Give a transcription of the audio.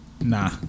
Nah